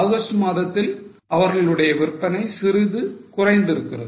August மாதத்தில் அவர்களுடைய விற்பனை சிறிது குறைந்திருக்கிறது